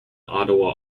ottawa